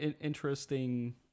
interesting